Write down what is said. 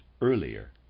earlier